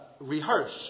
rehearse